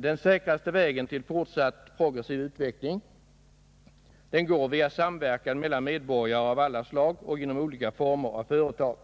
Den säkraste vägen till fortsatt progressiv utveckling går via samverkan mellan medborgare av alla slag och inom olika former av företag.